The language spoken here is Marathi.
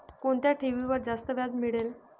कोणत्या ठेवीवर जास्त व्याज मिळेल?